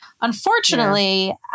Unfortunately